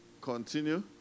Continue